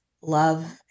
love